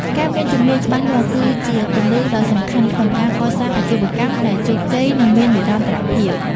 ការមានជំនាញច្បាស់លាស់ គឺជាគន្លឹះដ៏សំខាន់ក្នុងការកសាងអាជីវកម្មដែលជោគជ័យ និងមាននិរន្តរភាព។